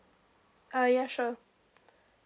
ah ya sure